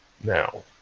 Now